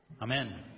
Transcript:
Amen